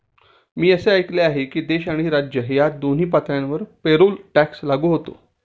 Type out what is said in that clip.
मी असे ऐकले आहे की देश आणि राज्य या दोन्ही पातळ्यांवर पेरोल टॅक्स लागू होतो